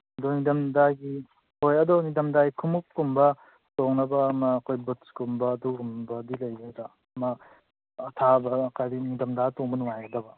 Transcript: ꯅꯤꯡꯊꯝꯊꯥꯒꯤ ꯍꯣꯏ ꯑꯗꯣ ꯅꯤꯡꯊꯝꯊꯥꯒꯤ ꯈꯣꯡꯎꯞꯀꯨꯝꯕ ꯇꯣꯡꯅꯕ ꯑꯩꯈꯣꯏ ꯑꯃ ꯕꯨꯠꯁꯀꯨꯝꯕ ꯑꯗꯨꯒꯨꯝꯕꯗꯤ ꯂꯩꯒꯗ꯭ꯔ ꯑꯃ ꯑꯊꯥꯕ ꯀꯔꯤ ꯅꯤꯡꯊꯝꯊꯥꯗ ꯇꯣꯡꯕ ꯅꯨꯡꯉꯥꯏꯒꯗꯕ